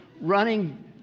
running